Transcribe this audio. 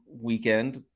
weekend